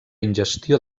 ingestió